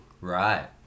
Right